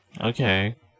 Okay